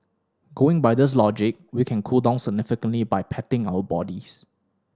going by this logic we can cool down significantly by patting our bodies